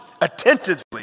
attentively